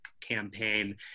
campaign